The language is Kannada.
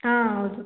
ಆಂ ಹೌದು